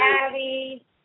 Abby